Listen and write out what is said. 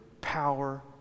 power